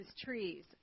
trees